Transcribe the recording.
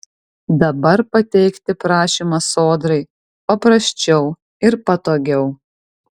dabar pateikti prašymą sodrai paprasčiau ir patogiau